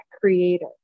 creator